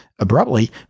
Abruptly